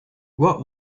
what